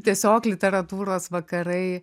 tiesiog literatūros vakarai